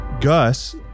gus